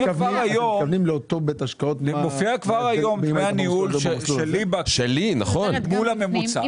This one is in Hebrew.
היום מופיעים דמי הניהול שלי מול הממוצע.